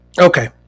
Okay